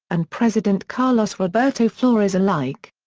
and president carlos roberto flores alike.